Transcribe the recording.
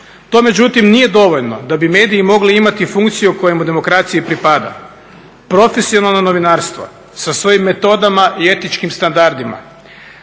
To međutim nije dovoljno da bi mediji mogli imati funkciju kojemu demokraciji pripada. Profesionalno novinarstvo sa svojim metodama i etičkim standardima